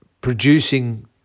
producing